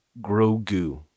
Grogu